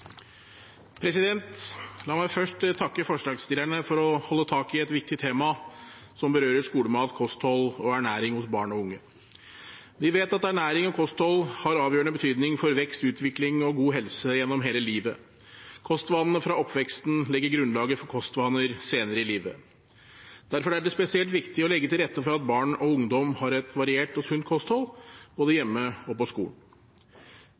La meg først takke forslagsstillerne for å holde tak i et viktig tema som berører skolemat, kosthold og ernæring hos barn og unge. Vi vet at ernæring og kosthold har avgjørende betydning for vekst, utvikling og god helse gjennom hele livet. Kostvanene fra oppveksten legger grunnlaget for kostvaner senere i livet. Derfor er det spesielt viktig å legge til rette for at barn og ungdom har et variert og sunt kosthold, både hjemme og på skolen.